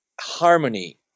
harmony